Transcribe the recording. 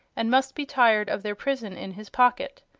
and must be tired of their prison in his pocket.